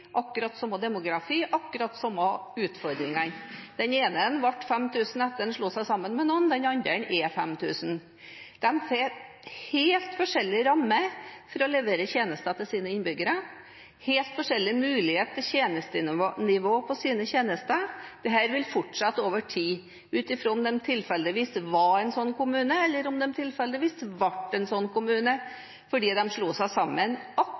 akkurat samme demografi og akkurat samme utfordringer. Den ene ble på 5 000 innbyggere etter at den slo seg sammen med noen, den andre har 5 000 fra før. De får helt forskjellige rammer for å levere tjenester til sine innbyggere og helt forskjellig mulighet til tjenestenivå på sine tjenester. Dette vil fortsette over tid – ut fra om de tilfeldigvis var en sånn kommune, eller om de tilfeldigvis ble en sånn kommune fordi de slo seg sammen